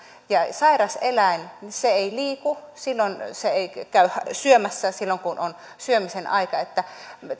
sairas eläin ei liiku se ei käy syömässä silloin kun on syömisen aika